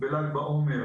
בל"ג בעומר